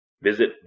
Visit